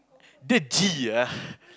the ah